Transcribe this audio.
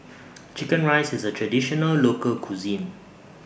Chicken Rice IS A Traditional Local Cuisine